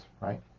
right